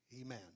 amen